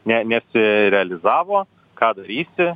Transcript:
ne nesirealizavo ką darysi